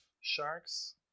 Sharks